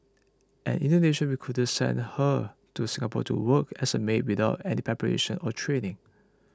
an Indonesian recruiter sent her to Singapore to work as a maid without any preparation or training